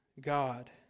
God